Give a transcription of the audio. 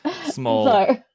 Small